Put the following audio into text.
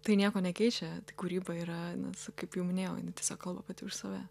tai nieko nekeičia kūryba yra nes kaip jau minėjau jinai tiesiog kalba pati už save